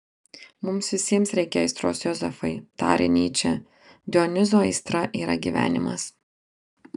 mums visiems reikia aistros jozefai tarė nyčė dionizo aistra yra gyvenimas